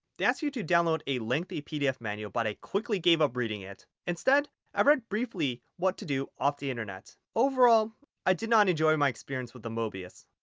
they ask you to download a lengthy pdf manual but i quickly gave up reading it. instead i read briefly what to do off the internet. overall i did not enjoy my experience with the mobius.